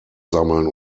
sammeln